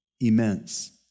immense